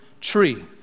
tree